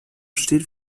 steht